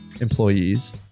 employees